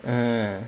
uh